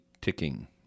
ticking